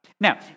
Now